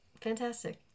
Fantastic